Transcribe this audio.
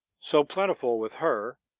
so plentiful with her,